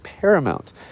paramount